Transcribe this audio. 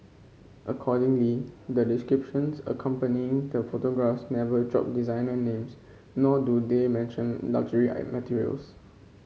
accordingly the descriptions accompanying the photographs never drop designer names nor do they mention luxury materials